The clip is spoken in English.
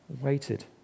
waited